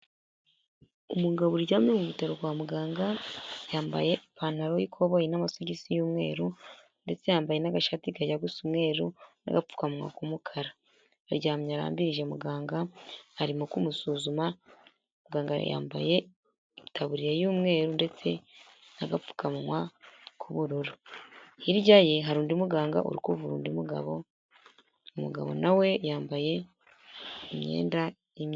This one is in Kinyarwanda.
Umugabo uryamye mu bitaro kwa muganga, yambaye ipantaro y'ikoboyi n'amasogisi y'umweru ndetse yambaye n'agashati kajya gusa umweru n'agapfukamunwa k'umukara, aryamye arambirije muganga arimo kumusuzuma, muganga yambaye itaburiya y'umweru ndetse n'agapfukawa k'ubururu, hirya ye hari undi muganga uri kuvura undi mugabo, umugabo nawe yambaye imyenda imwe.